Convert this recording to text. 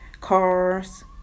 cars